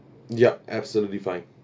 yup absolutely fine